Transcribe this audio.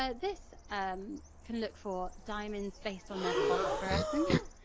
ah this um can look for diamonds based on their phosphorescence,